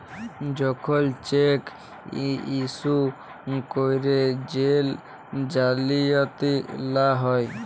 যখল cheque issue ক্যইরে jail জালিয়াতি লা হ্যয়